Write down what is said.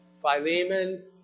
Philemon